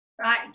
Right